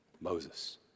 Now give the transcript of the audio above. Moses